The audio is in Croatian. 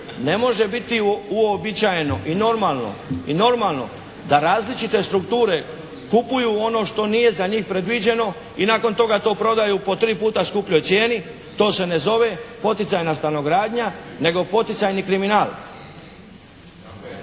Ne može biti uobičajeno i normalno, da različite strukture kupuju ono što nije za njih predviđeno i nakon toga to prodaju po tri puta skupljoj cijeni. To se ne zove poticajna stanogradnja nego poticajni kriminal.